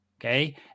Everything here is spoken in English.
Okay